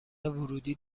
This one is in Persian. ورودی